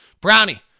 brownie